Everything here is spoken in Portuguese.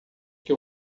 que